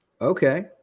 Okay